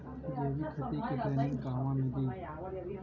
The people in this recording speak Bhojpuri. जैविक खेती के ट्रेनिग कहवा मिली?